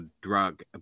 drug